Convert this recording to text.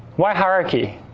why hierarchy?